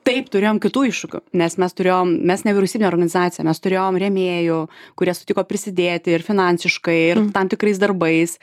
taip turėjom kitų iššūkių nes mes turėjom mes nevyriausybinė organizacija mes turėjom rėmėjų kurie sutiko prisidėti ir finansiškai ir tam tikrais darbais